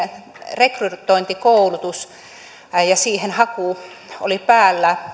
rekrytointikoulutus ja siihen haku oli päällä